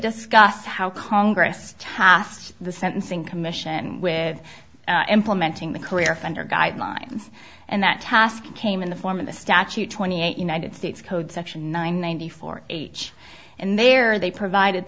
discuss how congress passed the sentencing commission with implementing the career offender guidelines and that task came in the form of the statute twenty eight united states code section nine ninety four h and there they provided